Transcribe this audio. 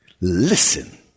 listen